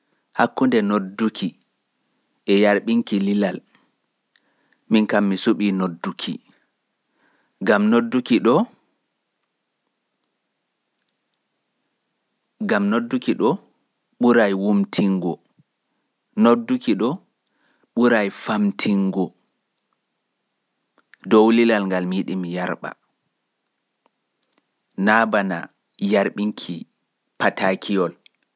Ndikka mi nodda neɗɗo mi wolwanamo ko mi yarɓinta patakiyol gam mi ɓurai famtinkimo e wuntinki dow lilal ngal mi yarɓinta.